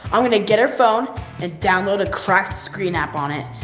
i'm gonna get her phone and download a cracked screen app on it.